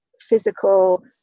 physical